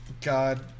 god